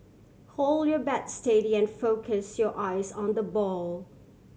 hold your bat steady and focus your eyes on the ball